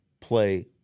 play